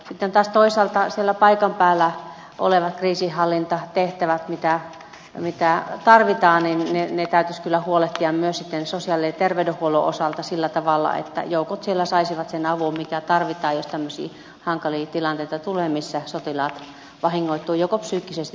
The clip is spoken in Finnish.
sitten taas toisaalta siellä paikan päällä olevat kriisinhallintatehtävät mitä tarvitaan täytyisi kyllä huolehtia myös sosiaali ja terveydenhuollon osalta sillä tavalla että joukot siellä saisivat sen avun mikä tarvitaan jos tämmöisiä hankalia tilanteita tulee joissa sotilaat vahingoittuvat joko psyykkisesti tai fyysisesti